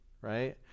right